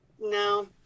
no